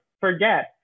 forget